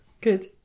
Good